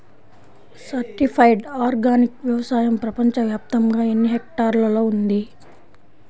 Certified organic వ్యవసాయం ప్రపంచ వ్యాప్తముగా ఎన్నిహెక్టర్లలో ఉంది?